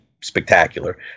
spectacular